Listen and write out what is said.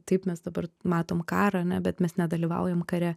taip mes dabar matom karą ane bet mes nedalyvaujam kare